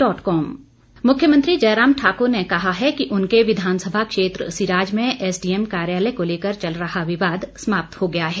जयराम मुख्यमंत्री जयराम ठाकुर ने कहा है कि उनके विधानसभा क्षेत्र सिराज में एसडीएम कार्यालय को लेकर चल रहा विवाद समाप्त हो गया है